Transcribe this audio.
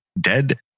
Dead